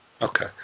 Okay